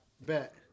Bet